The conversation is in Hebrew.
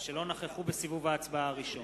שלא נכחו בסיבוב ההצבעה הראשון.